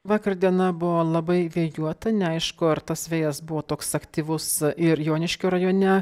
vakar diena buvo labai vėjuota neaišku ar tas vėjas buvo toks aktyvus ir joniškio rajone